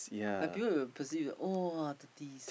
like people will perceive !wah! thirties